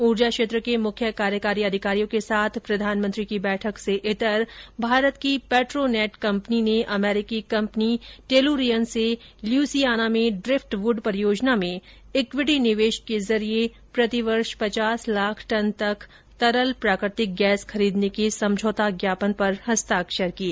ऊर्जा क्षेत्र के मुख्य कार्यकारी अधिकारियों के साथ प्रधानमंत्री मोदी की बैठक से इतर भारत की पेट्रोनेट कंपनी ने अमरीकी कंपनी टेलुरियन से ल्युसियाना में ड्रिफ्टव्ड परियोजना में इक्विटी निवेश के जरिए प्रतिवर्ष पचास लाख टन तक तरल प्राकृतिक गैस खरीदने के समझौता ज्ञापन पर हस्ताक्षर किए